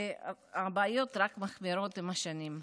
והבעיות רק מחמירות עם השנים.